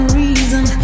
reason